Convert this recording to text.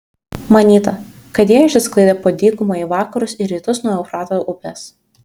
manyta kad jie išsisklaidė po dykumą į vakarus ir rytus nuo eufrato upės